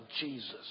Jesus